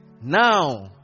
now